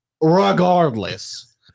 regardless